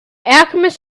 alchemist